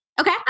Okay